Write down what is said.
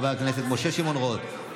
חבר הכנסת משה שמעון רוט,